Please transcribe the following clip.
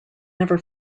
never